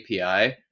API